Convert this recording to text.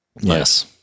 Yes